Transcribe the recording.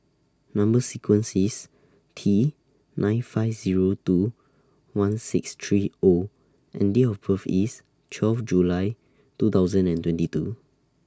Number sequence IS T nine five Zero two one six three O and Date of birth IS twelve July two thousand and twenty two